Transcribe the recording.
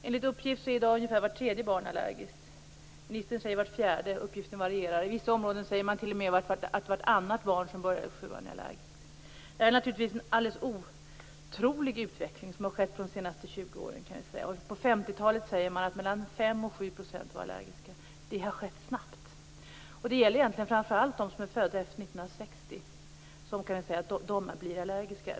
Enligt uppgift är i dag ungefär vart tredje barn allergiskt. Ministern säger vart fjärde, uppgiften varierar. I vissa områden säger man t.o.m. att vartannat barn som börjar i sjuan är allergiskt. Det här är naturligtvis en alldeles otrolig utveckling som har skett på de senaste 20 åren. På 50-talet var mellan 5 och 7 % allergiska, säger man. Det har skett snabbt. Det är framför allt de som är födda efter 1960 som blir allergiska.